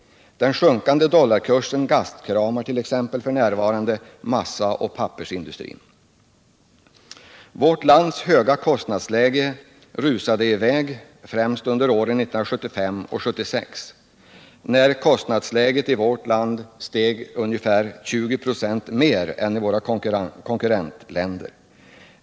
Den sjunkande dollarkursen gastkramart.ex. massaoch pappersindustrin f. n. Vårt lands höga kostnadsläge rusade i väg främst under åren 1975 och 1976 — kostnadsläget steg då ungefär 2096 mer än i våra konkurrentländer.